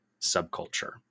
subculture